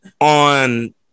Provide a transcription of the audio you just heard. on